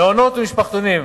מעונות ומשפחתונים,